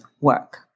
work